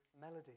melody